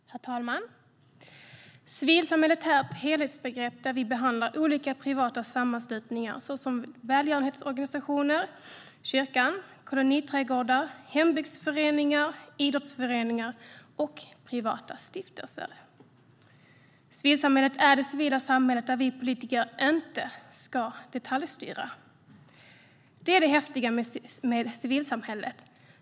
Herr talman! Civilsamhället är ett helhetsbegrepp där vi behandlar olika privata sammanslutningar såsom välgörenhetsorganisationer, kyrkan, koloniträdgårdar, hembygdsföreningar, idrottsföreningar och privata stiftelser. Civilsamhället är det civila samhället där vi politiker inte ska detaljstyra. Det är det häftiga med civilsamhället.